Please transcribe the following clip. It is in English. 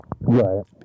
right